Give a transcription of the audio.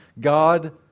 God